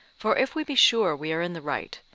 for if we be sure we are in the right,